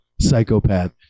psychopath